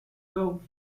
gulf